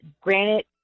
Granite